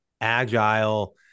agile